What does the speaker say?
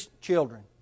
children